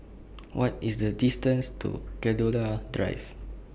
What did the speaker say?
What IS The distance to Gladiola Drive